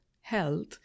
health